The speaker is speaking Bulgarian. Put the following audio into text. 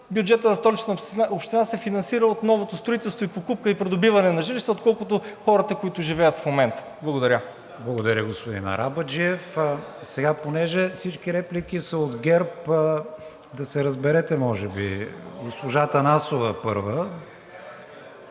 бюджетът на Столична община се финансира от новото строителство и покупка, и придобиване на жилища, отколкото от хората, които живеят в момента. Благодаря. ПРЕДСЕДАТЕЛ КРИСТИАН ВИГЕНИН: Благодаря, господин Арабаджиев. Сега понеже всички реплики са от ГЕРБ, да се разберете може би – госпожа Атанасова първа.